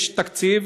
יש תקציב.